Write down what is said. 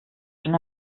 schon